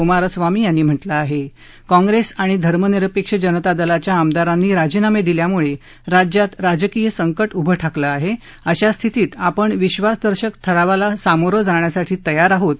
कुमारस्वामी यांनी म्हटलं आह कॉंप्रस्त आणि धर्मनिरपक्ष जनता दलाच्या आमदारांनी राजीनाम दिल्यामुळ राज्यात राजकीय संकट उभं ठाकलं आहा अशा स्थितीत आपण विश्वासदर्शक ठरावाला सामोरं जाण्यासाठी तयार आहोत